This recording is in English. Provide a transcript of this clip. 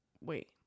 wait